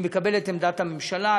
ואני מקבל את עמדת הממשלה.